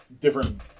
different